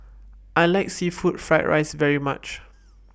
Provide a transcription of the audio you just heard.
I like Seafood Fried Rice very much